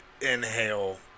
inhale